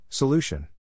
Solution